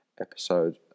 episode